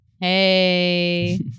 Hey